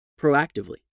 proactively